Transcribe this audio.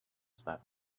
style